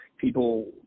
people